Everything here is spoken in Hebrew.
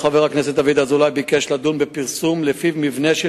בסיוון התשס"ט (10 ביוני 2009): פורסם כי מבנה,